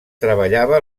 treballava